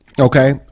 okay